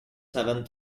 seven